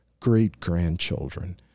great-grandchildren